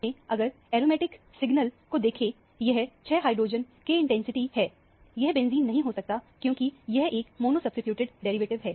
असल में अगर एरोमेटिक सिग्नल को देखें यह 6 हाइड्रोजन के इंटेंसिटी है यह बेंजीन नहीं हो सकता क्योंकि यह एक मोनो सब्सीट्यूटेड डेरिवेटिव है